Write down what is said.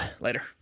Later